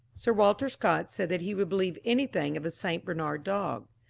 sir walter scott said that he would believe anything of a st. bernard dog.